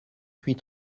huit